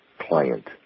client